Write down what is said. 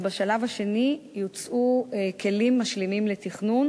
ובשלב השני יוצעו כלים משלימים לתכנון